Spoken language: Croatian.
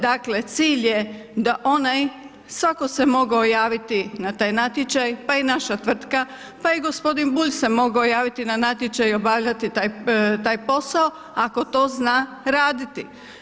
Dakle, cilj je da onaj, svatko se mogao javiti na taj natječaj, pa i naša tvrtka, pa i gospodin Bulj se mogao javiti na natječaj i obavljati taj posao ako to zna raditi.